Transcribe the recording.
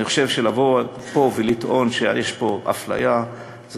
אני חושב שלבוא לפה ולטעון שיש אפליה זה